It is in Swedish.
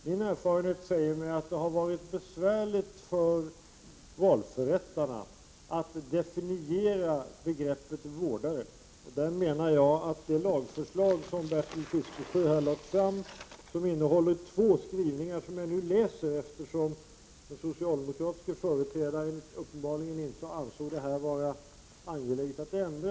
Min erfarenhet säger mig att det har varit besvärligt för valförrättarna att definiera begreppet vårdare. Det lagförslag som Bertil Fiskesjö har lagt fram innehåller två skrivningar som jag nu skall läsa upp eftersom den socialdemokratiska företrädaren uppenbarligen inte ansåg detta vara angeläget att ändra på.